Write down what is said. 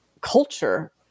culture